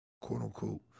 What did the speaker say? quote-unquote